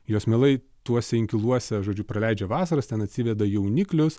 jos mielai tuose inkiluose žodžiu praleidžia vasaras ten atsiveda jauniklius